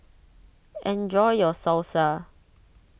enjoy your Salsa